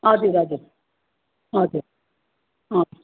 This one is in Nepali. हजुर हजुर हजुर अँ